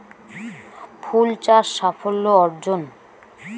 ফুল চাষ সাফল্য অর্জন?